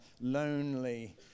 lonely